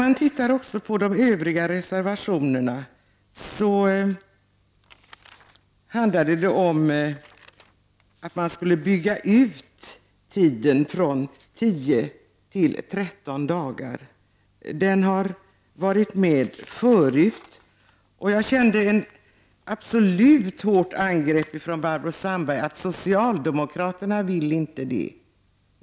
I reservation 10 om förlängd ledighet för fäder föreslås att ersättningstiden förlängs från 10 till 13 dagar fr.o.m. den 1 juli 1991. Jag upplevde det som ett hårt angrepp från Barbro Sandberg när hon sade att socialdemokraterna inte ville det.